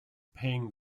paying